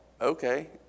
okay